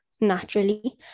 naturally